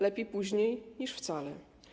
Lepiej późno niż wcale.